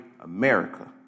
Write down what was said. America